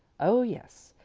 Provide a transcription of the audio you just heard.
oh yes.